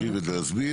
להקריא ולהסביר.